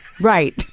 Right